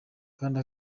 kandi